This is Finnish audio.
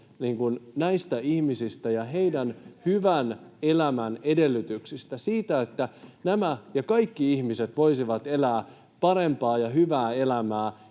suomalaisista!] ja heidän hyvän elämän edellytyksistä, siitä, että nämä ja kaikki ihmiset voisivat elää parempaa ja hyvää elämää